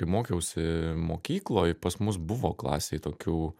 kai mokiausi mokykloj pas mus buvo klasei tokių